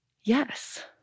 Yes